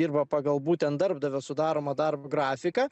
dirba pagal būtent darbdavio sudaromą darbo grafiką